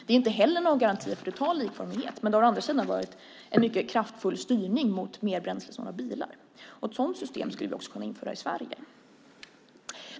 Det är inte heller någon garanti för en total likformighet, men det har varit en mycket kraftfull styrning mot mer bränslesnåla bilar. Ett sådant system skulle vi också kunna införa i Sverige.